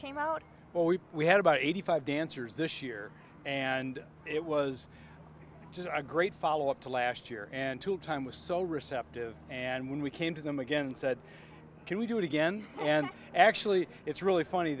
came out well we we had about eighty five dancers this year and it was just a great follow up to last year and two time was so receptive and when we came to them again said can we do it again and actually it's really funny